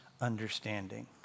understanding